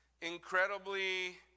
incredibly